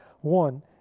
One